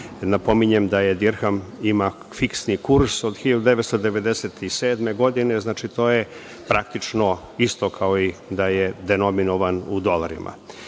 Napominjem da dirham ima fiksni kurs od 1997. godine. Znači, to je praktično isto kao da je denominovan u dolarima. Ovaj